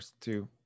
two